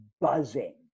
buzzing